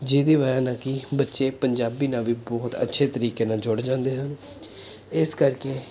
ਜਿਹਦੀ ਵਜ੍ਹਾ ਨਾਲ ਕਿ ਬੱਚੇ ਪੰਜਾਬੀ ਨਾਲ ਵੀ ਬਹੁਤ ਅੱਛੇ ਤਰੀਕੇ ਨਾਲ ਜੁੜ ਜਾਂਦੇ ਹਨ ਇਸ ਕਰਕੇ